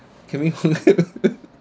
can we